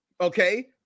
okay